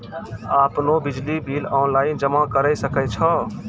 आपनौ बिजली bill online जमा करै सकै छौ?